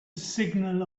signal